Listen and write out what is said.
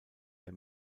der